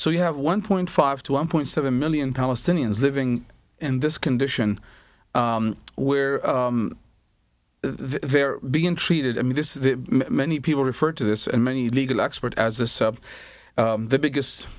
so you have one point five to one point seven million palestinians living in this condition where they're being treated i mean this many people refer to this and many legal experts as the sub the biggest